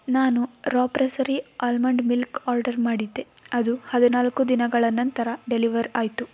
ನಾನು Raw Pressery almond milk order ಮಾಡಿದ್ದೆ ಅದು ಹದಿನಾಲ್ಕು ದಿನಗಳ ನಂತರ ಡೆಲಿವರ್ ಆಯಿತು